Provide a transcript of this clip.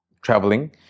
traveling